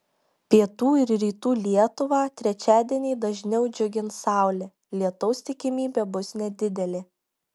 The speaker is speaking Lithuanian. pietų ir rytų lietuvą trečiadienį dažniau džiugins saulė lietaus tikimybė bus nedidelė